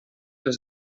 les